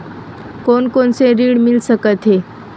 कोन कोन से ऋण मिल सकत हे?